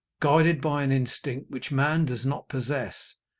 guided by an instinct which man does not possess,